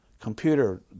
computer